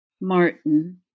Martin